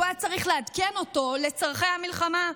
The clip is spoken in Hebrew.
שהוא היה צריך לעדכן לצורכי המלחמה.